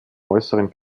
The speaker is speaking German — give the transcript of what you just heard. äußeren